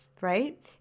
right